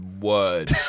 word